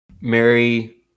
Mary